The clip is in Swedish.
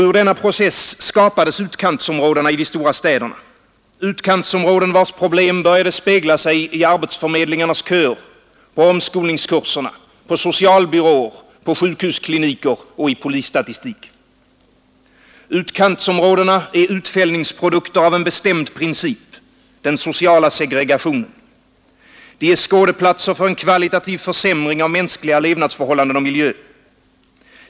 Ur denna process skapades utkantsområdena i de stora städerna, utkantsområden vilkas problem började spegla sig i arbetsförmedlingarnas köer, på omskolningskurserna, på socialbyråer, på sjukhuskliniker och i polisstatistiken. Utkantsområdena är utfällningsproduker av en bestämd princip: den sociala segregationen. De är skådeplatser för en kvalitativ försämring av mänskliga levnadsförhållanden och miljöer.